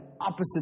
opposite